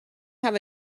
have